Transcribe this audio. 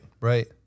right